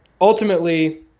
ultimately